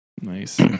nice